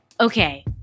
Okay